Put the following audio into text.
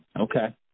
Okay